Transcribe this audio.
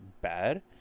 bad